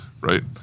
Right